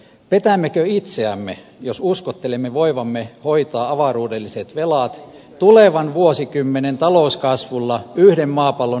petämmekö itseämme jos uskottelemme voivamme hoitaa avaruudelliset velat tulevan vuosikymmenen talouskasvulla yhden maapallon voimavaroin